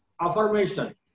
affirmation